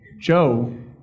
Joe